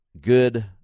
good